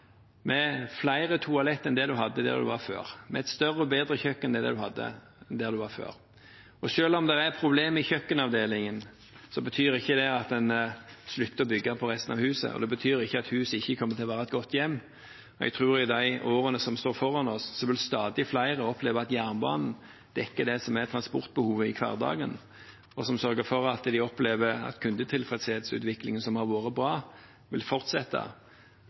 med flere toaletter enn det en hadde der en var før, med et større og bedre kjøkken enn det en hadde der en var før. Selv om det er problemer i kjøkkenavdelingen, betyr ikke det at en slutter å bygge på resten av huset. Det betyr ikke at huset ikke kommer til å være et godt hjem. Jeg tror at i de årene som står foran oss, vil stadig flere oppleve at jernbanen dekker transportbehovet i hverdagen, sørger for at kundetilfredshetsutviklingen som har vært bra, vil fortsette.